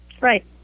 Right